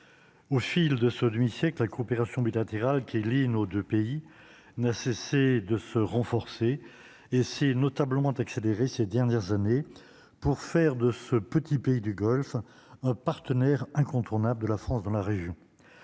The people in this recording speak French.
au fil de ce demi-siècle, la coopération bilatérale qui lie nos 2 pays n'a cessé de se renforcer et s'est notablement accélérée ces dernières années pour faire de ce petit pays du Golfe, un partenaire incontournable de la France dans la région